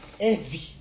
heavy